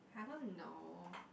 I don't know